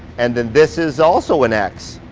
and then this is also an x.